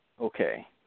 okay